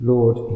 Lord